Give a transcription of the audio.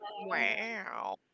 Wow